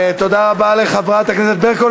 תודה רבה לחברת הכנסת ברקו.